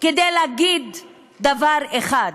כדי להגיד דבר אחד: